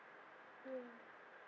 mm